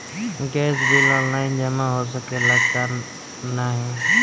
Gas bill online जमा हो सकेला का नाहीं?